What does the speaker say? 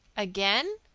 again?